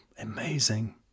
Amazing